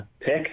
pick